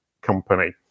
company